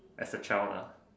as a child lah